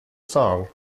song